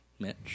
Mitch